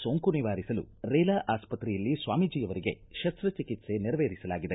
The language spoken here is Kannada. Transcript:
ಸೋಂಕು ನಿವಾರಿಸಲು ರೇಲಾ ಆಸ್ಪತ್ರೆಯಲ್ಲಿ ಸ್ವಾಮಿಜೀ ಅವರಿಗೆ ಶಸ್ತ ಚಿಕಿತ್ಸೆ ನೆರವೇರಿಸಲಾಗಿದೆ